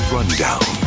Rundown